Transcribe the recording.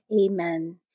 Amen